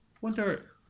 Wonder